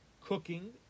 cooking